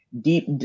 deep